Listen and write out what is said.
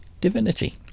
Divinity